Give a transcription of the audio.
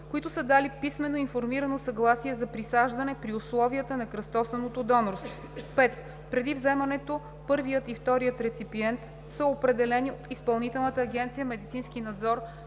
които са дали писмено информирано съгласие за присаждане при условията на кръстосаното донорство; 5. преди вземането първият и вторият реципиент са определени от Изпълнителна агенция „Медицински надзор“